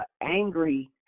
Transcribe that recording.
angry